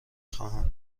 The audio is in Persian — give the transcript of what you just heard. خواهم